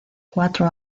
cuatro